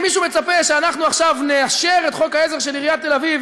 אם מישהו מצפה שאנחנו עכשיו נאשר את חוק העזר של עיריית תל-אביב,